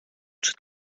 czy